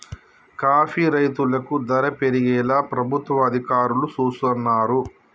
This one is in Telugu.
కాఫీ రైతులకు ధర పెరిగేలా ప్రభుత్వ అధికారులు సూస్తున్నారు